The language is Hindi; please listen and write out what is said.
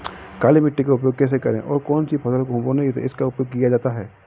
काली मिट्टी का उपयोग कैसे करें और कौन सी फसल बोने में इसका उपयोग किया जाता है?